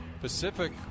Pacific